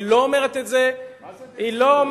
היא לא אומרת את זה, מה זה דמיקולו?